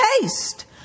taste